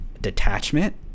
detachment